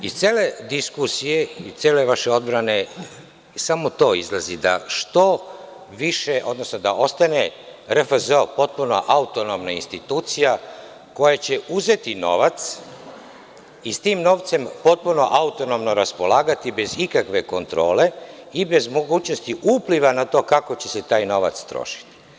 Iz cele diskusije i cele vaše odbrane, samo to izlazi da što više, odnosno da ostane RFZO potpuna autonomna institucija koja će uzeti novac i s tim novcem potpuno autonomno raspolagati bez ikakve kontrole i bez mogućnosti upliva na to kako će se taj novac trošiti.